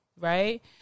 right